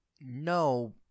no